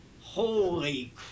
holy